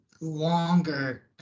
longer